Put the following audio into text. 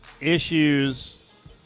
issues